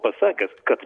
pasakęs kad